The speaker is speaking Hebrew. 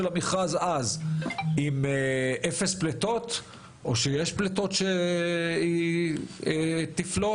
המכרז אז עם אפס פליטות או שתהיינה פליטות.